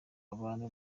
abantu